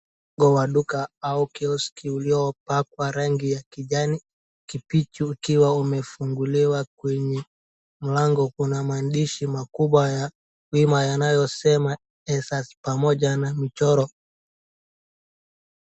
Mlango wa duka au kioski uliopakwa rangi ya kijani kibichi ukiwa umefunguliwa kwenye mlango, kuna maandishi makubwa ya wima yanayosema Esas pamoja na michoro.